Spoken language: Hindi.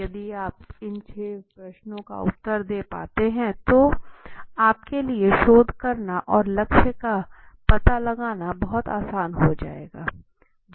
यदि आप इन छह प्रश्नों का उत्तर दे पाते है तो आपके लिए शोध करना और लक्ष्य का पता लगाना बहुत आसान हो जायेगा